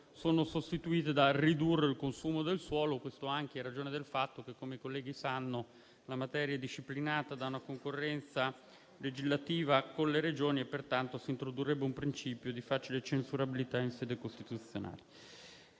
sono sostituite dalle parole «ridurre il consumo del suolo», questo anche in ragione del fatto che, come i colleghi sanno, la materia è disciplinata da una concorrenza legislativa con le Regioni e pertanto si introdurrebbe un principio di facile censurabilità in sede costituzionale.